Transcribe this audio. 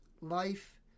Life